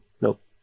nope